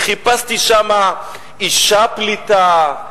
אני חיפשתי שם אשה פליטה,